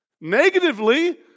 Negatively